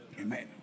Amen